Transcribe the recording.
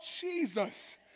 Jesus